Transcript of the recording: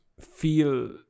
feel